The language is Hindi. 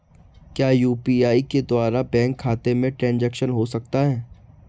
क्या यू.पी.आई के द्वारा बैंक खाते में ट्रैन्ज़ैक्शन हो सकता है?